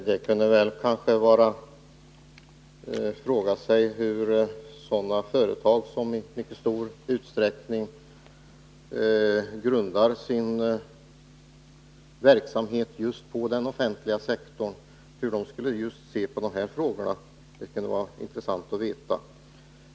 Herr talman! Man skulle naturligtvis kunna fråga hur företag som i mycket stor utsträckning grundar sin verksamhet just på den offentliga sektorn skulle se på dessa frågor. Det skulle det vara intressant att veta.